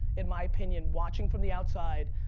in my opinion watching from the outside,